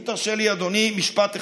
אם תרשה לי, אדוני, משפט אחד.